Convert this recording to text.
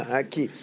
aqui